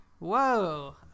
whoa